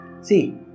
See